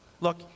Look